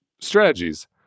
strategies